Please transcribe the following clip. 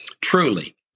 Truly